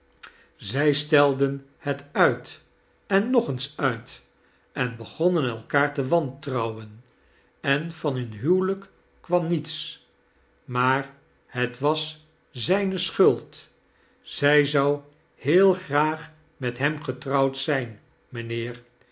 zij stelden het uit en nog eens uit en begonnen elkaar te wantrouwen en van hun huwetejk kwam nieta maar het was zijne sehuld zij zou heel graag met hem getrouwd zijn mijnheer